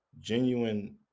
Genuine